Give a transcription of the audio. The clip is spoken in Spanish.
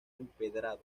empedrado